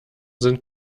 sind